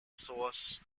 source